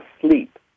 sleep